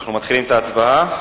אנחנו מתחילים את ההצבעה.